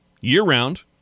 year-round